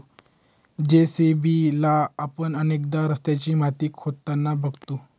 JCB ला आपण अनेकदा रस्त्याची माती खोदताना बघतो